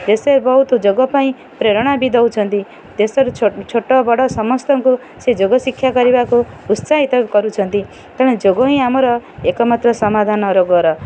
ଦେଶରେ ବହୁତ ଯୋଗ ପାଇଁ ପ୍ରେରଣା ବି ଦେଉଛନ୍ତି ଦେଶରୁ ଛୋଟ ବଡ଼ ସମସ୍ତଙ୍କୁ ସେ ଯୋଗ ଶିକ୍ଷା କରିବାକୁ ଉତ୍ସାହିତ କରୁଛନ୍ତି ତେଣୁ ଯୋଗ ହିଁ ଆମର ଏକମାତ୍ର ସମାଧାନ ରୋଗର